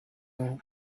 and